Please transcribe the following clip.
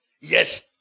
Yes